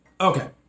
Okay